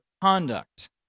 conduct